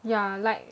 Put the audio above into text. ya like